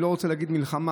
אני לא רוצה להגיד מלחמה,